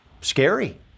scary